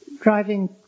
driving